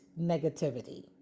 negativity